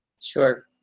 Sure